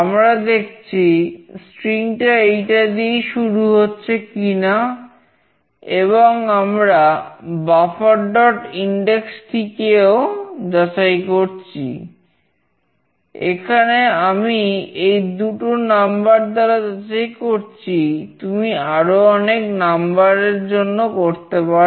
আমরা দেখছি স্ট্রিং জন্য করতে পারো